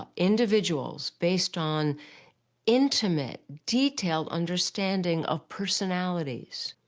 um individuals based on intimate, detailed understanding of personalities.